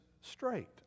straight